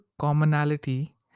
commonality